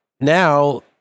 now